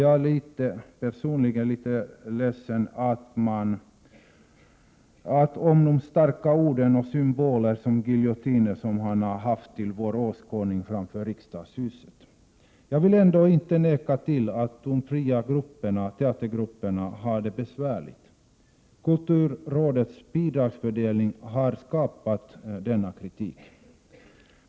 Jag är personligen litet ledsen över de starka ord och symboler, t.ex. giljotinen, som man har låtit oss betrakta framför riksdagshuset. Ändå vill jag inte förneka att de fria teatergrupperna har det besvärligt. Kulturrådets bidragsfördelning har framkallat denna kritik.